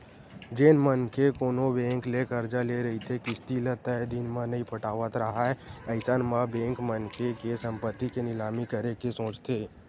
जेन मनखे कोनो बेंक ले करजा ले रहिथे किस्ती ल तय दिन म नइ पटावत राहय अइसन म बेंक मनखे के संपत्ति के निलामी करे के सोचथे